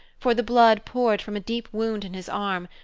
for the blood poured from a deep wound in his arm,